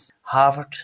Harvard